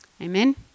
Amen